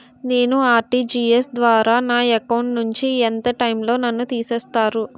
నేను ఆ.ర్టి.జి.ఎస్ ద్వారా నా అకౌంట్ నుంచి ఎంత టైం లో నన్ను తిసేస్తారు?